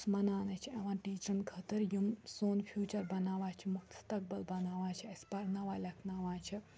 یُس مَناونہٕ چھِ یِوان ٹیٖچرَن خٲطرٕ یِم سون فیوٗچَر بَناوان چھِ مُستقبل بَناوان چھِ اَسہِ پَرناوان لیکھناوان چھِ